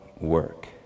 work